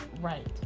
right